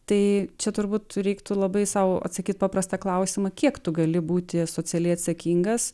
tai čia turbūt reiktų labai sau atsakyt paprastą klausimą kiek tu gali būti socialiai atsakingas